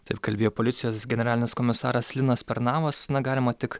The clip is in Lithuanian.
taip kalbėjo policijos generalinis komisaras linas pernavas na galima tik